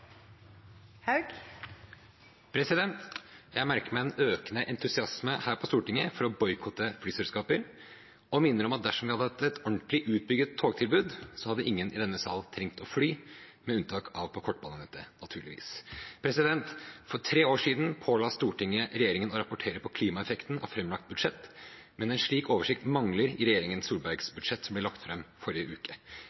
Jeg merker meg en økende entusiasme her på Stortinget for å boikotte flyselskaper og minner om at dersom vi hadde hatt et ordentlig utbygd togtilbud, hadde ingen i denne salen trengt å fly, med unntak av på kortbanenettet, naturligvis. For tre år siden påla Stortinget regjeringen å rapportere på klimaeffekten av framlagt budsjett, men en slik oversikt mangler i regjeringen Solbergs